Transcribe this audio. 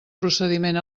procediment